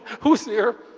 who's here?